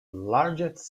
largest